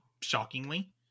shockingly